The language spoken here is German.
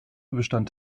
bestand